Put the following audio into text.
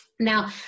Now